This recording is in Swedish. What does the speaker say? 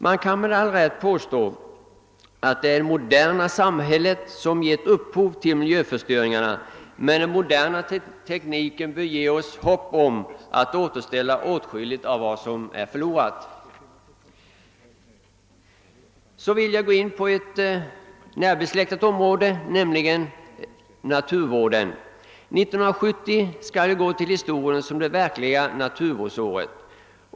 Man kan med all rätt påstå att det är det moderna samhället som har givit upphov till miljöförstöringen, men modern teknik kan hjälpa oss att återställa åtskilligt av vad som gått förlorat. Så vill jag gå in på ett närbesläktat område, naturvården. 1970 skall gå till historien som det verkliga naturvårdsåret.